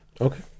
Okay